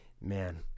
man